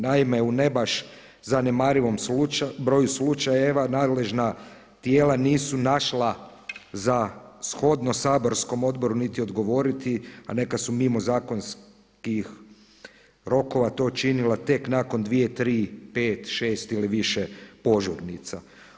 Naime, u ne baš zanemarivom broju slučajeva nadležna tijela nisu našla za shodno saborskom odboru niti odgovoriti, a neka su mimo zakonskih rokova to činila tek nakon dvije, tri, pet, šest ili više požurnica.